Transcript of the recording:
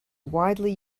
widely